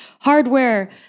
hardware